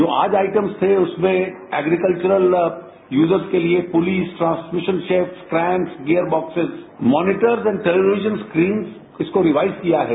जो आज आइटम्स थे वे एग्रीकल्चरल यूजर्स के लिए pulleys transmission sets cranks gear boxes monitors and television screens इसको रिवाइज क़िया है